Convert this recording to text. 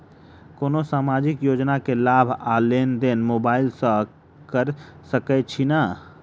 कोनो सामाजिक योजना केँ लाभ आ लेनदेन मोबाइल सँ कैर सकै छिःना?